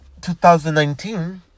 2019